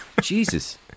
Jesus